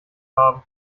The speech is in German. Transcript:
haben